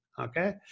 Okay